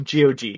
GOG